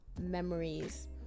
memories